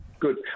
Good